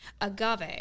Agave